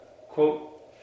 quote